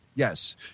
Yes